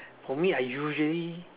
for me I usually